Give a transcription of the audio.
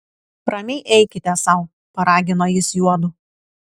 ramiai eikite sau paragino jis juodu